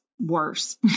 worse